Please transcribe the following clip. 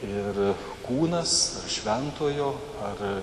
ir kūnas ar šventojo ar